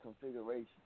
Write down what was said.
configuration